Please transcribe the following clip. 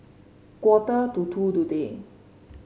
quarter to two today